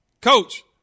Coach